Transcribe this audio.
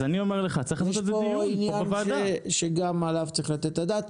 יש פה עניין שגם עליו צריך לתת את הדעת,